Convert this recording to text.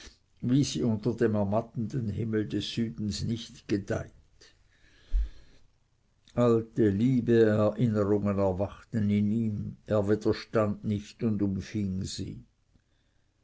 wie sie unter dem ermattenden himmel des südens nicht gedeiht alte liebe erinnerungen erwachten in ihm er widerstand nicht und umfing sie